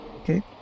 okay